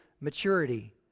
maturity